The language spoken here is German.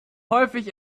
häufig